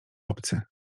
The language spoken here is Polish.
obcy